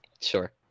Sure